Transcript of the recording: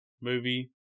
movie